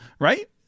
right